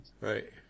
Right